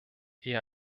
eher